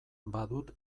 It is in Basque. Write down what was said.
badut